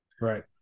Right